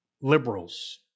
liberals